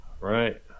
Right